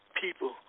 people